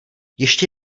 ještě